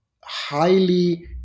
highly